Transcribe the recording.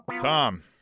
Tom